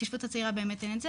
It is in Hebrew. בהתיישבות הצעירה באמת אין את זה